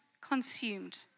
consumed